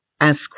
ask